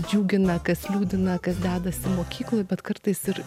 džiugina kas liūdina kas dedasi mokykloj bet kartais ir